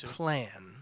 plan